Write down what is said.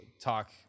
talk